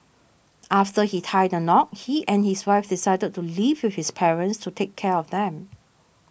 after he tied the knot he and his wife decided to live with his parents to take care of them